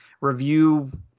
review